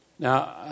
Now